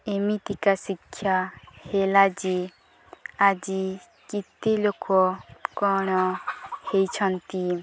ଏମିତିକା ଶିକ୍ଷା ହେଲା ଯେ ଆଜି କେତେ ଲୋକ କ'ଣ ହେଇଛନ୍ତି